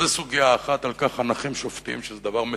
וזו סוגיה אחת שעליה הנכים שובתים, שזה דבר מטורף,